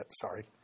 sorry